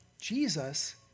Jesus